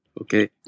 Okay